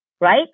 right